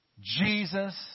Jesus